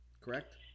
correct